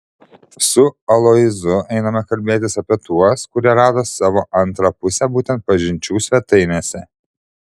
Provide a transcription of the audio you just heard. su aloyzu einame kalbėtis apie tuos kurie rado savo antrą pusę būtent pažinčių svetainėse